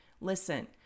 Listen